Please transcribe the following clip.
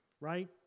right